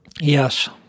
Yes